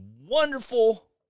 wonderful